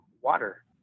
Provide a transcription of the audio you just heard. water